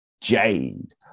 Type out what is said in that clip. Jade